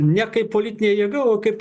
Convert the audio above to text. ne kaip politinė jėga o kaip